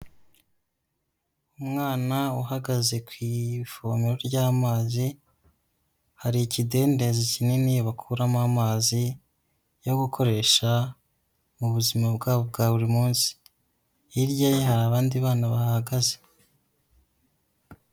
Umwana uhagaze ku ivomero ry'amazi, hari ikidendezi kinini bakuramo amazi yo gukoresha mu buzima bwabo bwa buri munsi, hirya ye hari abandi bana bahahagaze.